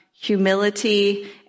humility